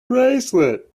bracelet